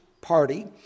party